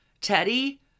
Teddy